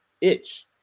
itch